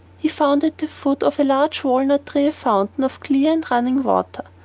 he found at the foot of a large walnut-tree a fountain of clear and running water.